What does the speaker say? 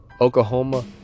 Oklahoma